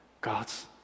God's